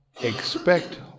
expect